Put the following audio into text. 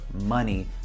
money